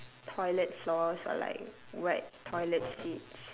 toilet floors or like wet toilet seats